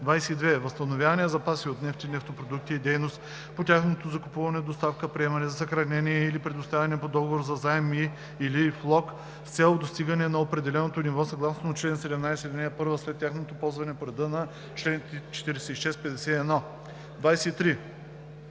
22. „Възстановяване на запаси от нефт и нефтопродукти“ е дейност по тяхното закупуване, доставка, приемане за съхраняване или предоставяне по договор за заем и/или влог с цел достигане на определеното ниво съгласно чл. 17, ал. 1 след тяхното ползване по реда на чл. 46 – 51. 23.